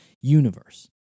Universe